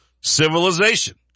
civilization